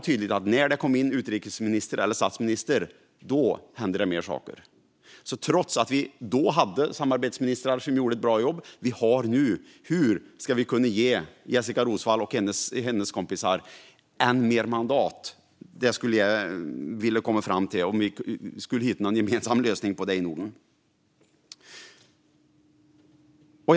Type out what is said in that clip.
Först när utrikesministrar och statsministrar kom in hände det mer. Vi har samarbetsministrar som gör ett bra jobb, men hur ska Jessika Roswall och hennes kollegor få mer mandat? Det vore bra att hitta en gemensam nordisk lösning på det.